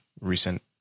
recent